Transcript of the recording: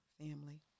family